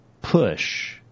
push